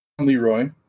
Leroy